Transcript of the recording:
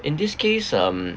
in this case um